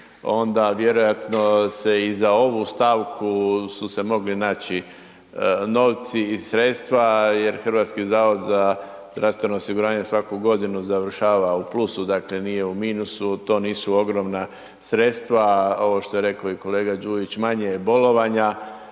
onda vjerojatno se i za ovu stavku su se mogli naći novci i sredstva jer HZZO svaku godinu završava u plusu, dakle nije u minusu, to nisu ogromna sredstva, ovo što je rekao i kolega Đujić, manje je bolovanja.